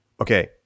Okay